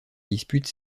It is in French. dispute